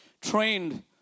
trained